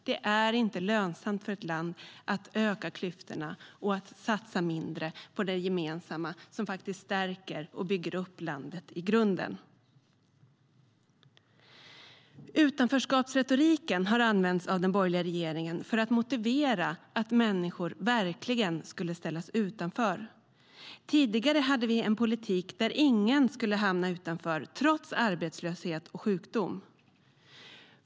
Det är inte lönsamt för ett land att öka klyftorna och satsa mindre på det gemensamma, som faktiskt stärker och bygger upp landet i grunden. Utanförskapsretoriken har använts av den borgerliga regeringen för att motivera att människor verkligen skulle ställas utanför. Tidigare har vi haft en politik där ingen skulle hamna utanför, trots arbetslöshet och sjukdom.